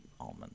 Almond